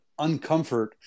uncomfort